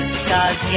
cause